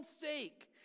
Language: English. sake